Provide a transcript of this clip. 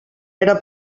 era